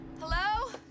Hello